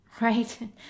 right